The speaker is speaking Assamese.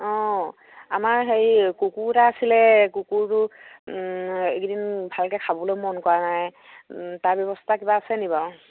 অঁ আমাৰ হেৰি কুকুৰ এটা আছিলে কুকুৰটো এইকেইদিন ভালকৈ খাবলৈ মন কৰা নাই তাৰ ব্যৱস্থা কিবা আছে নেকি বাৰু